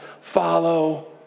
Follow